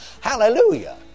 Hallelujah